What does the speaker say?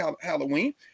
Halloween